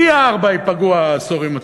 פי-ארבעה ייפגעו העשירונים התחתונים.